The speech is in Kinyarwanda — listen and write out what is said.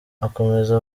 akomeza